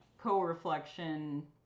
co-reflection